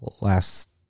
last